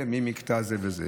ממקטע זה וזה.